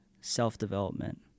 self-development